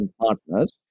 partners